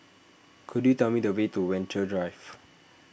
could you tell me the way to Venture Drive